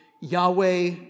Yahweh